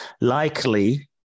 likely